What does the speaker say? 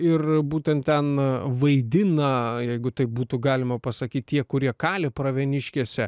ir būtent ten vaidina jeigu taip būtų galima pasakyt tie kurie kali pravieniškėse